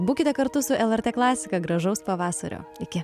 būkite kartu su lrt klasika gražaus pavasario iki